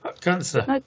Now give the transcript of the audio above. Cancer